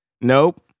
Nope